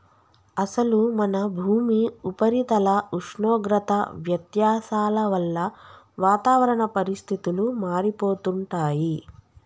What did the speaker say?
అసలు మన భూమి ఉపరితల ఉష్ణోగ్రత వ్యత్యాసాల వల్ల వాతావరణ పరిస్థితులు మారిపోతుంటాయి